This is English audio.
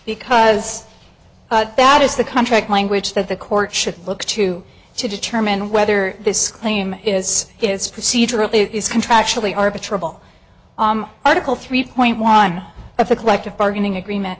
because that is the contract language that the court should look to to determine whether this claim is it's procedurally it is contractually arpa trouble article three point one of the collective bargaining agreement